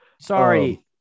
Sorry